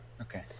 Okay